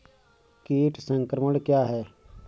कीट संक्रमण क्या है?